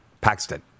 Paxton